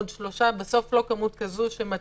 עוד שלושה בסוף לא כמות כזו שמצדיקה